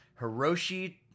Hiroshi